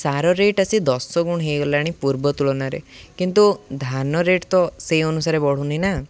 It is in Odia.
ସାର ରେଟ୍ ଆସି ଦଶ ଗୁଣ ହୋଇଗଲାଣି ପୂର୍ବ ତୁଳନାରେ କିନ୍ତୁ ଧାନ ରେଟ୍ ତ ସେଇ ଅନୁସାରେ ବଢ଼ୁନି ନା